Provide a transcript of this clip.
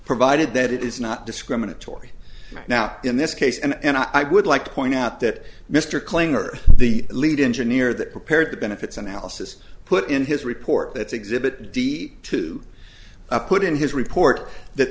provided that it is not discriminatory now in this case and i would like to point out that mr klinger the lead engineer that prepared the benefits analysis put in his report that's exhibit d to put in his report that